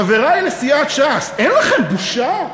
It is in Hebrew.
חברי לסיעת ש"ס, אין לכם בושה?